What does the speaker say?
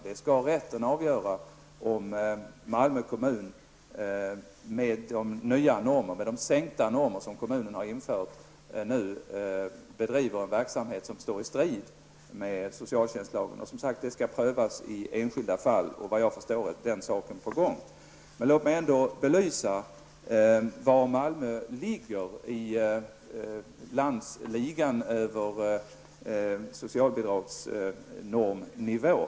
Det är rätten som skall avgöra om man i Malmö i och med de nya, sänkta normerna för socialbidragen kan sägas bedriva en verksamhet som står i strid med socialtjänstlagen. Detta skall som sagt prövas i enskilda fall, och efter vad jag förstår är den saken på gång. Låt mig ändå belysa var Malmö ligger i ''landsligan'' i fråga om socialbidragsnormsnivån.